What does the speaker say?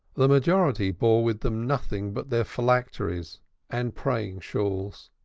the majority bore with them nothing but their phylacteries and praying shawls,